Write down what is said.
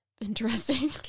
Interesting